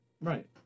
Right